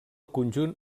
conjunt